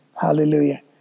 Hallelujah